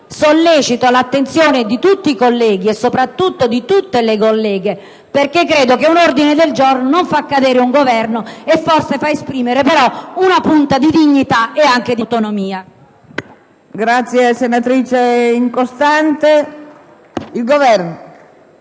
pertanto l'attenzione sul tema di tutti i colleghi, e soprattutto di tutte le colleghe, perché credo che un ordine del giorno non fa cadere il Governo e forse potrà servire a esprimere una punta di dignità e anche di autonomia.